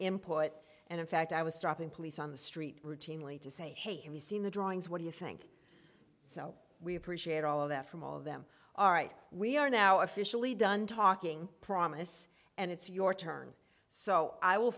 input and in fact i was stopping police on the street routinely to say hey have you seen the drawings what do you think so we appreciate all of that from all of them all right we are now officially done talking promise and it's your turn so i will